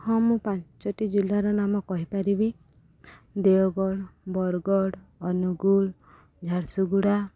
ହଁ ମୁଁ ପାଞ୍ଚଟି ଜିଲ୍ଲାର ନାମ କହିପାରିବି ଦେଓଗଡ଼ ବରଗଡ଼ ଅନୁଗୁଳ ଝାରସୁଗୁଡ଼ା